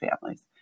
families